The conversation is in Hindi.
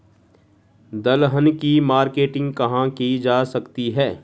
दलहन की मार्केटिंग कहाँ की जा सकती है?